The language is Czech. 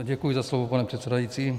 Děkuji za slovo, pane předsedající.